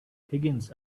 higgins